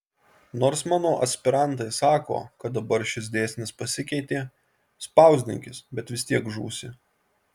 nors mano aspirantai sako kad dabar šis dėsnis pasikeitė spausdinkis bet vis tiek žūsi